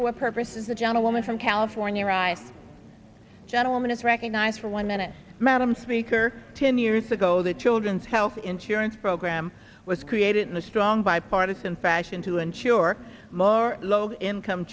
for purposes a gentlewoman from california right gentleman is recognized for one minute madam speaker ten years ago the children's health insurance program was created in a strong bipartisan fashion to ensure more low income